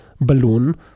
Balloon